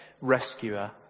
rescuer